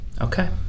Okay